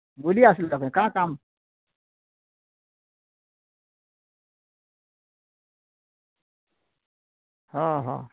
ବୁଲି ଆସିଲୁ ତୁମେ କାଁ କାମ୍ ହଁ ହଁ